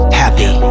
happy